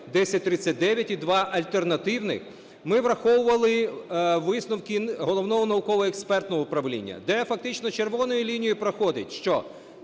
1039, і два альтернативних, ми враховували висновки Головного науково-експертного управління, де фактично червоною лінією проходить, що